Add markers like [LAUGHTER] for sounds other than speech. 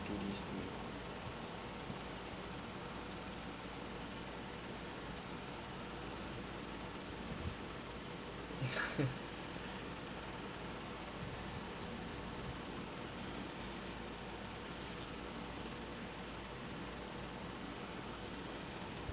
do this to me [LAUGHS]